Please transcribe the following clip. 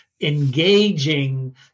engaging